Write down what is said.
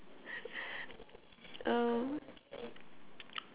um